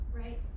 right